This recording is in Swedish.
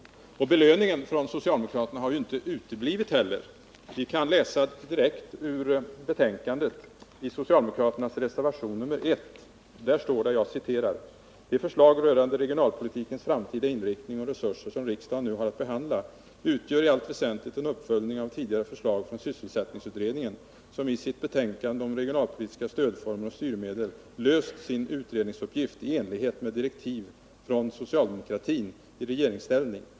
Belöningen från socialdemokraterna har ju inte heller uteblivit. Vi kan utläsa det direkt i betänkandet, i socialdemokraternas reservation nr 1, där det står: ”De förslag rörande regionalpolitikens framtida inriktning och resurser som riksdagen nu har att behandla utgör i allt väsentligt en uppföljning av tidigare förslag från sysselsättningsutredningen, som i sitt betänkande om regionalpolitiska stödformer och styrmedel löst sin utredningsuppgift i enlighet med direktiv från socialdemokratin i regeringsställning.